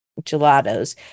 gelatos